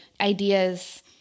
ideas